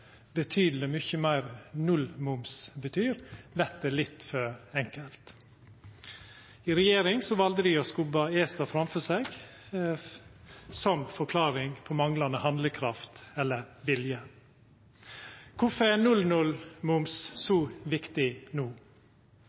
betydeleg mykje meir nullmoms betyr, vert litt for enkelt. I regjering valde dei å skubba ESA framfor seg som forklaring på manglande handlekraft eller vilje. Kvifor er 0–0-moms så viktig no?